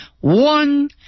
one